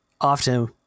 often